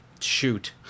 shoot